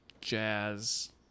jazz